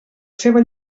seva